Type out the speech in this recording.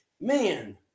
man